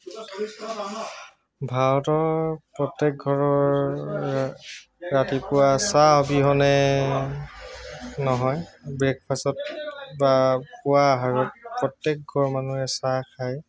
ভাৰতৰ প্ৰত্যেক ঘৰৰ ৰাতিপুৱা চাহ অবিহনে নহয় ব্ৰেকফাষ্টত বা পুৱা আহাৰত প্ৰত্যেক ঘৰ মানুহে চাহ খায়